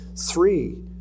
Three